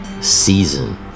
season